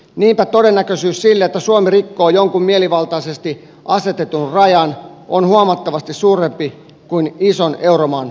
niinpä todennäköisyys sille että suomi rikkoo jonkun mielivaltaisesti asetetun rajan on huomattavasti suurempi kuin ison euromaan kohdalla